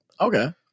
Okay